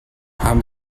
haben